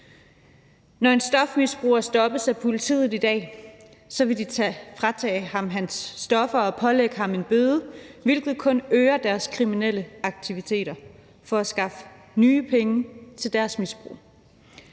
Når en stofmisbruger stoppes af politiet i dag, vil de fratage ham hans stoffer og pålægge ham en bøde, hvilket kun øger stofmisbrugerens kriminelle aktiviteter for at skaffe nye penge til misbruget.